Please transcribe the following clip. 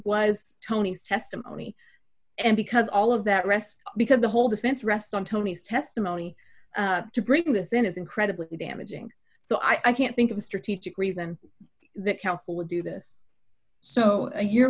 was tony's testimony and because all of that rest because the whole defense rests on tony's testimony to bring this in is incredibly damaging so i can't think of a strategic reason that counsel would do this so you're